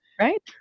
Right